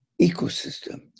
ecosystem